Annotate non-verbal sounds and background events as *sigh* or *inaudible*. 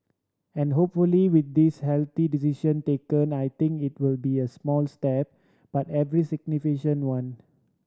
and hopefully with this healthy *unintelligible* decision taken I think it'll be a small step but every *unintelligible* one